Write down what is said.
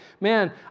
man